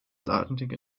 atlantic